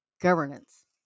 governance